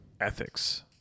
ethics